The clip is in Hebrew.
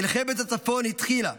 מלחמת הצפון התחילה,